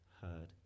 heard